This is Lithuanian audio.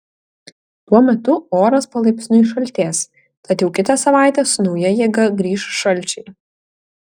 tuo metu oras palaipsniui šaltės tad jau kitą savaitę su nauja jėga grįš šalčiai